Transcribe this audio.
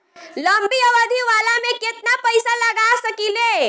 लंबी अवधि वाला में केतना पइसा लगा सकिले?